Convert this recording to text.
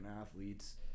athletes